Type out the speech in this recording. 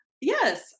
yes